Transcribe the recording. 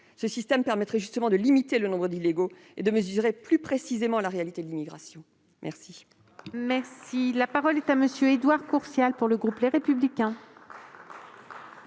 Ce système permettrait justement de limiter le nombre d'illégaux et de mesurer plus précisément la réalité de l'immigration. La